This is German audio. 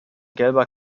gelber